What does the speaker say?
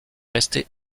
resté